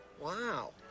Wow